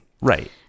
Right